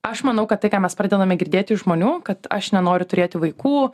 aš manau kad tai ką mes pradedame girdėti iš žmonių kad aš nenoriu turėti vaikų